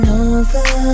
over